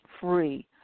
free